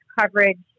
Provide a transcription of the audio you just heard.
coverage